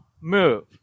move